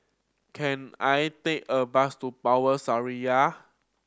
can I take a bus to Power Seraya